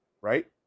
right